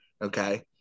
okay